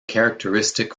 characteristic